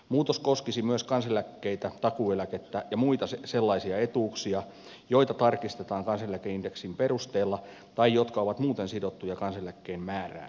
muutos koskisi myös kansaneläkkeitä takuueläkettä ja muita sellaisia etuuksia joita tarkistetaan kansaneläkeindeksin perusteella tai jotka ovat muuten sidottuja kansaneläkkeen määrään